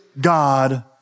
God